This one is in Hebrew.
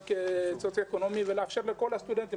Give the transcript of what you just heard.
סוציו-אקונומי ולאפשר לכל הסטודנטים,